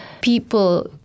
people